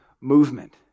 movement